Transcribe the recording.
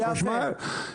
חשמל,